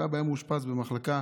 ואבא היה מאושפז במחלקה